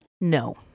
No